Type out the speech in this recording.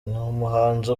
umuhanzi